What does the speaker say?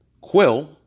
Quill